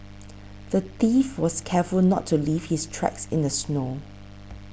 the thief was careful not to leave his tracks in the snow